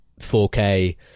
4k